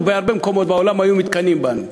ובהרבה מקומות בעולם היו מתקנאים בנו,